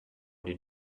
did